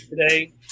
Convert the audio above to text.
today